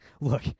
look